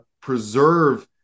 preserve